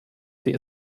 sie